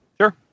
sure